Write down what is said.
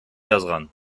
жазган